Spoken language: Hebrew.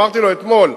ואמרתי לו אתמול,